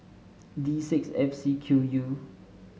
D six F C Q U